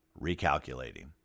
Recalculating